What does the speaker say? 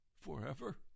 forever